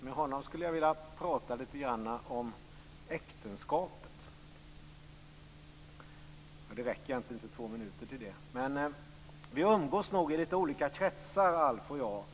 Med honom skulle jag litet grand vilja tala om äktenskapet - kanske räcker det inte med två minuters taletid för det. Alf Svensson och jag umgås nog i litet olika kretsar.